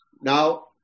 Now